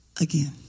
Again